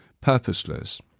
purposeless